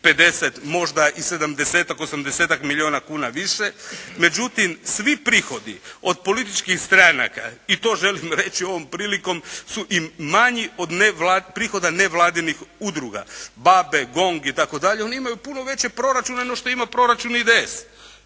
50 možda i 70-ak, 80-ak milijuna kuna više. Međutim svi prihodi od političkih stranaka, i to želim reći ovom prilikom su i manji od prihoda nevladinih udruga, B.a.b.e, GONG, itd. Oni imaju puno veće proračune nego što ima proračun IDS-a.